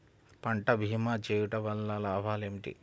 పంట భీమా చేయుటవల్ల లాభాలు ఏమిటి?